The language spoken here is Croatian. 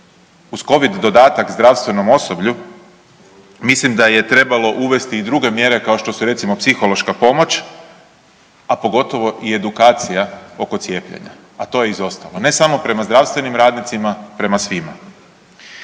Uz Covid dodatak zdravstvenom osoblju mislim da je trebalo uvesti i druge mjere kao što su recimo psihološka pomoć, a pogotovo i edukacija oko cijepljenja, a to je izostalo. Ne samo prema zdravstvenim radnicima, prema svima.